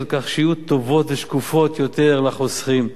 כך שיהיו טובות ושקופות יותר לחוסכים,